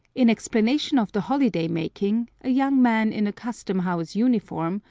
in explanation of the holiday-making, a young man in a custom-house uniform,